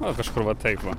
nu kažkur va taip va